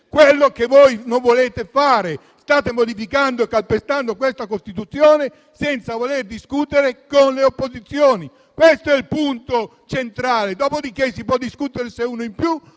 quello che voi non volete fare. State modificando e calpestando questa Costituzione senza voler discutere con le opposizioni. Questo è il punto centrale, dopodiché si può discutere se uno in più